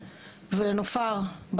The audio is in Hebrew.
זה משהו